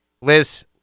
Liz